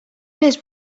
més